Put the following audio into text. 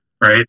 Right